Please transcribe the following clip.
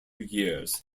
years